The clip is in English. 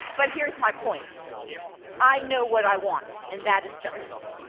but here's my point i know what i want, and that is justice.